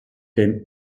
dem